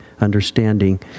understanding